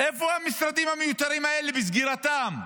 איפה המשרדים המיותרים האלה וסגירתם?